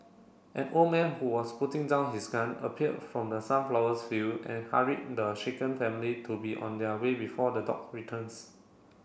an old man who was putting down his gun appeared from the sunflowers field and hurried the shaken family to be on their way before the dog returns